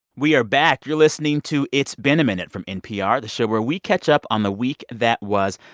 we are back. you're listening to it's been a minute from npr, the show where we catch up on the week that was.